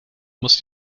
muss